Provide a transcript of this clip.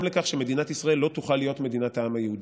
לכך שמדינת ישראל לא תוכל להיות מדינת העם היהודי.